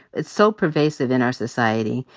it's so pervasive in our society.